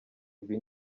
ibi